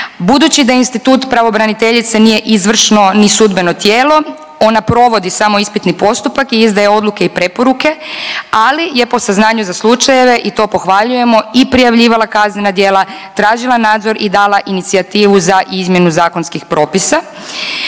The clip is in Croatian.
Budući da institut pravobraniteljice nije izvršno ni sudbeno tijelo, ona provodi samo ispitni postupak i izdaje odluke i preporuke, ali je po saznanju za slučajeve i to pohvaljujemo i prijavljivala kaznena djela, tražila nadzor i dala inicijativu za izmjenu zakonskih propisa.